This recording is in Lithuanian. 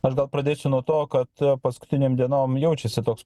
aš gal pradėsiu nuo to kad paskutinėm dienom jaučiasi toks